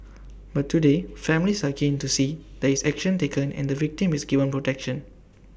but today families are keen to see there is action taken and the victim is given protection